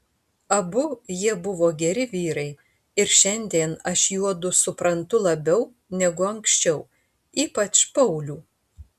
abu jie buvo geri vyrai ir šiandien aš juodu suprantu labiau negu anksčiau ypač paulių